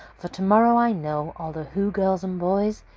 for tomorrow, i know, all the who girls and boys,